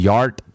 Yard